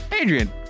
Adrian